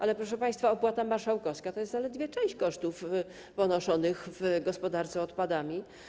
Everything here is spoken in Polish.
Ale proszę państwa, opłata marszałkowska to jest zaledwie część kosztów ponoszonych w gospodarce odpadami.